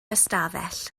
ystafell